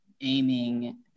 aiming